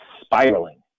spiraling